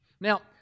Now